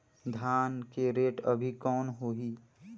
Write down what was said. धान के रेट अभी कौन होही?